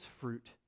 fruit